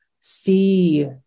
see